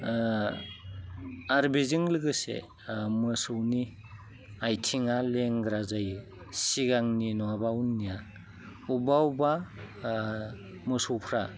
आरो बेजों लोगोसे मोसौनि आथिङा लेंग्रा जायो सिगांनि नङाब्ला उननिया अब्बा अब्बा मोसौफ्रा